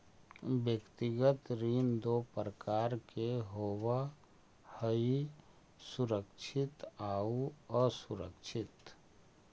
व्यक्तिगत ऋण दो प्रकार के होवऽ हइ सुरक्षित आउ असुरक्षित